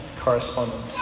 correspondence